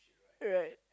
right